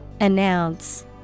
Announce